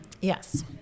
Yes